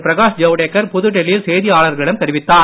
பிரகாஷ் ஜவடேக்கர் புதுடெல்லியில் செய்தியாளர்களிடம் தெரிவித்தார்